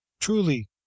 truly